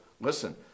Listen